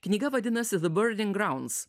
knyga vadinasi the burning grounds